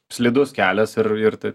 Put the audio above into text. slidus kelias ir ir tai